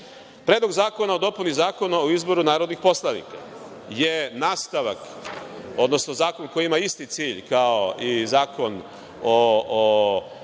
zakona o dopuni Zakona o izboru narodnih poslanika je nastavak, odnosno zakon koji ima isti cilj kao i zakon koji